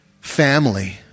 family